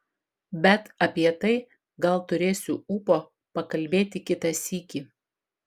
bet apie tai gal turėsiu ūpo pakalbėti kitą sykį